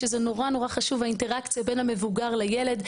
שזה נורא חשוב האינטראקציה בין המבוגר לילד,